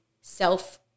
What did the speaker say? self –